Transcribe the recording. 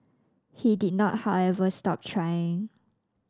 he did not however stop trying